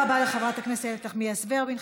תודה רבה לחברת הכנסת נחמיאס ורבין.